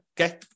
Okay